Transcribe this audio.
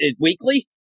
weekly